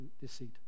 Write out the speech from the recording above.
deceit